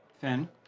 Finn